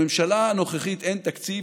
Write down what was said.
לממשלה הנוכחית אין תקציב,